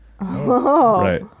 right